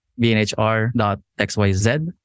bnhr.xyz